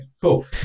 cool